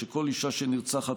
כל אישה שנרצחת,